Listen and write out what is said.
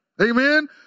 Amen